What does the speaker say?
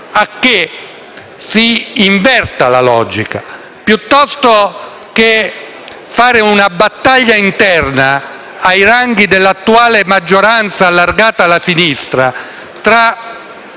ad invertire la logica: piuttosto che fare una battaglia interna ai ranghi dell'attuale maggioranza allargata alla sinistra,